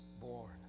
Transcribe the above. born